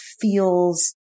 feels